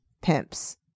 pimps